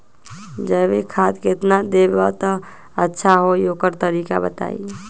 जैविक खाद केतना देब त अच्छा होइ ओकर तरीका बताई?